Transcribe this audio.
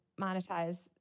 monetize